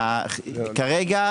כרגע,